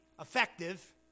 effective